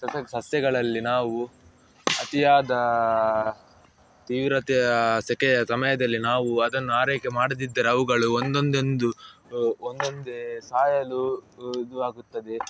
ಸಸ್ಯ ಸಸ್ಯಗಳಲ್ಲಿ ನಾವು ಅತಿಯಾದ ತೀವ್ರತೆಯ ಸೆಖೆಯ ಸಮಯದಲ್ಲಿ ನಾವು ಅದನ್ನು ಆರೈಕೆ ಮಾಡದಿದ್ದರೆ ಅವುಗಳು ಒಂದೊಂದೊಂದು ಒಂದೊಂದೇ ಸಾಯಲು ಇದು ಆಗುತ್ತದೆ